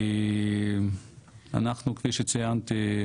אנחנו כפי שציינתי,